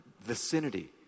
vicinity